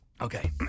Okay